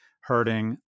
hurting